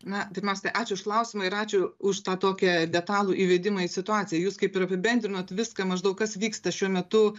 na pirmiausia tai ačiū už klausimą ir ačiū už tą tokią detalų įvedimą į situaciją jūs kaip ir apibendrinot viską maždaug kas vyksta šiuo metu